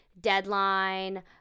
Deadline